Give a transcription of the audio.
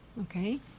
Okay